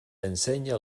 ensenya